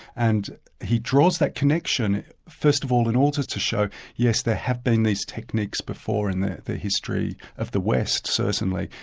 and he draws that connection first of all in order to show yes there have been these techniques before in the the history of the west, certainly,